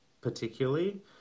particularly